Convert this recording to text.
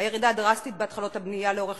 הירידה הדרסטית בהתחלות הבנייה לאורך